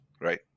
Right